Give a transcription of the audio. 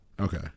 okay